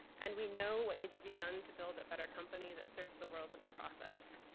and we know what needs to be done to build a better company that serves the world in the process.